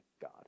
God